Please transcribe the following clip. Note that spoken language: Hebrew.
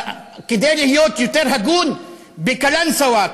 כדי להיות יותר הגון: בקלנסואה,